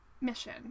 mission